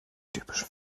typisch